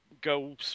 go